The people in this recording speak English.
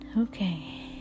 Okay